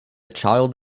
child